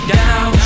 down